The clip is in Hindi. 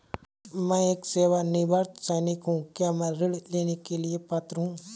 मैं एक सेवानिवृत्त सैनिक हूँ क्या मैं ऋण लेने के लिए पात्र हूँ?